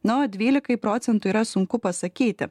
na o dvylikai procentų yra sunku pasakyti